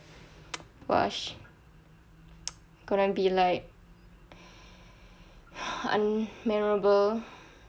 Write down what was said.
!wah! gonna be like unmemorable